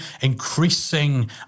increasing